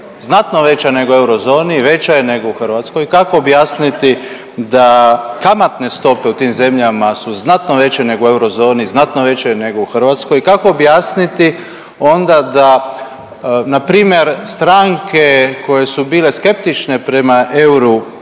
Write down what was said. znatno veća nego u eurozoni, veća je nego u Hrvatskoj, kako objasniti da kamatne stope u tim zemljama su znatno veće u eurozoni, znatno veće nego u Hrvatskoj, kako objasniti onda da na primjer, stranke koje su bile skeptične prema euru,